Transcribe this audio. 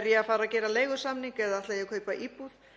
Er ég að fara að gera leigusamning eða ætla ég að kaupa íbúð?